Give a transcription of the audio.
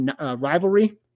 rivalry